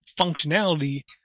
functionality